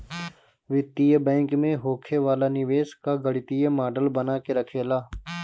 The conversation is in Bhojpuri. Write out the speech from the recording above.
वित्तीय बैंक में होखे वाला निवेश कअ गणितीय मॉडल बना के रखेला